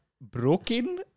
Broken